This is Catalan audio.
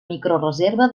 microreserva